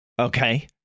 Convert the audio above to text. Okay